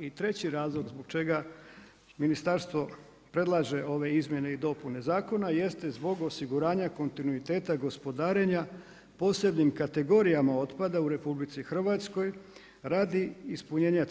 I treći razlog zbog čega ministarstvo predlaže ove izmjene i dopune zakona jeste zbog osiguranja kontinuiteta gospodarenja posebnim kategorijama otpada u RH radi ispunjenja